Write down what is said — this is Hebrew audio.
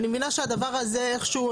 אני מבינה שהדבר הזה איכשהו,